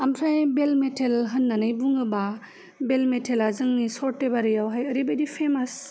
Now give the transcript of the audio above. ओमफ्राय bell metal होननानै बुङोबा बेल मेटेला जोंनि चर्टेबारियावहाय ओरैबादि फेमास